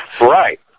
Right